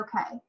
okay